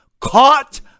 caught